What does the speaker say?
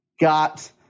got